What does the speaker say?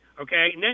Okay